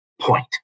point